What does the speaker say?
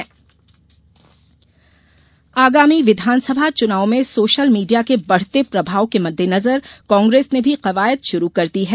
कांग्रें स social media आगामी विधानसभा चुनाव में सोशल भिडिया के बढ़ते प्रभाव के मद्देनजर कांग्रेस ने भी कवायद शुरू कर दी है